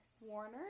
Warner